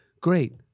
Great